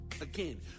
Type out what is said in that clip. Again